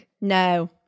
no